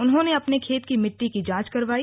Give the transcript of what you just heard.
उन्होंने अपने खेत की मिट्टी की जाँच करवाई